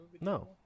no